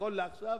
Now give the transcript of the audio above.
נכון לעכשיו